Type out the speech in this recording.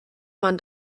man